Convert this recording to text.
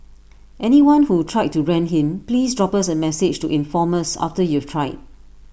anyone who tried to rent him please drop us A message to inform us after you've tried